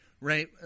Right